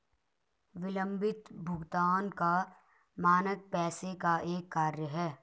विलम्बित भुगतान का मानक पैसे का एक कार्य है